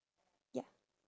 ya